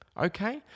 okay